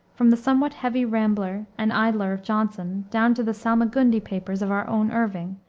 from the somewhat heavy rambler and idler of johnson, down to the salmagundi papers of our own irving,